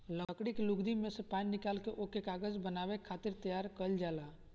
लकड़ी के लुगदी में से पानी निकाल के ओके कागज बनावे खातिर तैयार कइल जाला